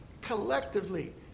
collectively